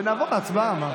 ונעבור להצבעה.